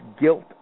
guilt